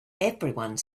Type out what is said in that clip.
everyone